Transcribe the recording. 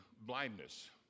blindness